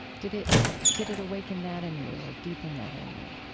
did it did it awaken that in you or deepen that in you?